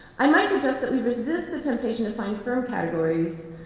i might suggest that we resist the temptation to find firm categories,